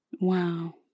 Wow